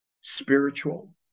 spiritual